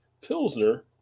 Pilsner